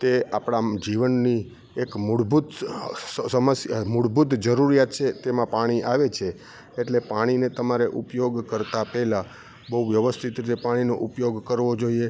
તે આપણા જીવનની એક મૂળભૂત સમસ્યા મૂળભૂત જરૂરિયાત છે તેમાં પાણી આવે છે એટલે પાણીને તમારે ઉપયોગ કરતાં પહેલા બહુ વ્યવસ્થિત રીતે પાણીનો ઉપયોગ કરવો જોઈએ